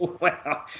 Wow